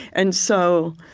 and so